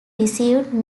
received